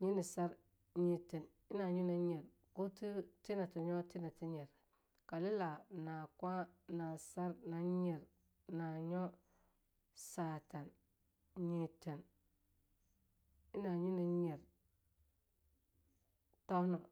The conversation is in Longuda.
yini sar, nyeten, ina nyo, ina nyer, kutee tinati nyo tinati nyer, kalila, nakwa, na sar, na nyer, nanyo, satan, nyiten, ina nyo ina nyer, taunawa.